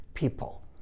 people